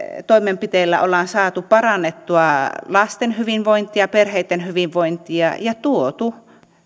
toimenpiteillä ollaan saatu parannettua lasten hyvinvointia perheitten hyvinvointia ja tuotu